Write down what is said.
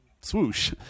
swoosh